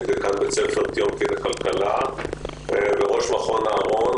אני דיקן בית ספר טיומקין לכלכלה וראש מכון אהרון,